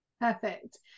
perfect